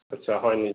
আচ্ছা হয় নি